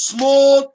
Small